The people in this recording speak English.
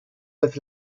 with